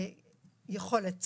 ואני רוצה